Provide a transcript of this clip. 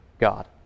God